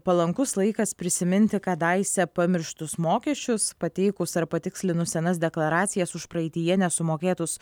palankus laikas prisiminti kadaise pamirštus mokesčius pateikus ar patikslinus senas deklaracijas už praeityje nesumokėtus